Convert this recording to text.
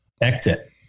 exit